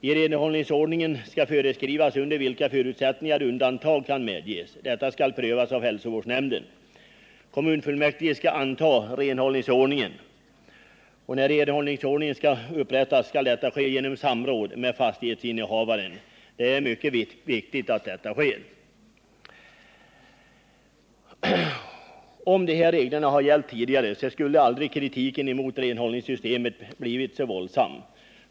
I renhållningsordningen skall föreskrivas under vilka förutsättningar undantag kan medges. Detta skall prövas av hälsovårdsnämnden. Kommunfullmäktige skall anta renhållningsordningen. När renhållningsordningen upprättas skall detta ske genom samråd med fastighetsinnehavare. Det är mycket viktigt att detta sker. Om dessa regler hade gällt tidigare skulle kritiken mot renhållningssystemet aldrig ha blivit så våldsam.